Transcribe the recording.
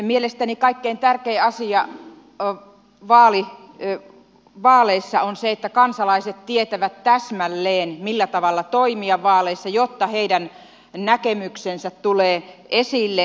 mielestäni kaikkein tärkein asia vaaleissa on se että kansalaiset tietävät täsmälleen millä tavalla toimia vaaleissa jotta heidän näkemyksensä tulee esille